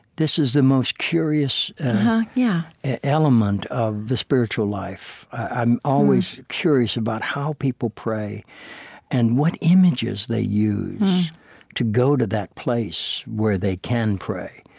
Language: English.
this is the most curious yeah element of the spiritual life. i'm always curious about how people pray and what images they use to go to that place where they can pray.